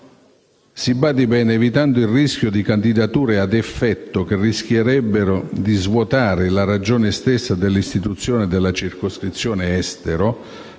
si badi bene, evitando il rischio di candidature ad effetto che rischierebbero di svuotare la ragione stessa dell'istituzione della circoscrizione estero,